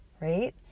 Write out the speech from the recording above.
right